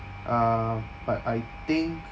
uh but I think